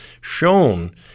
shown